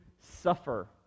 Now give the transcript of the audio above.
suffer